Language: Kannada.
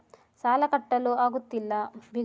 ಸಾಲ ಕಟ್ಟಲು ಆಗುತ್ತಿಲ್ಲ